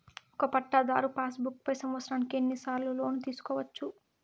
ఒక పట్టాధారు passbook పై సంవత్సరానికి ఎన్ని సార్లు లోను తీసుకోవచ్చు?